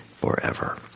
forever